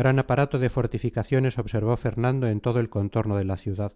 gran aparato de fortificaciones observó fernando en todo el contorno de la ciudad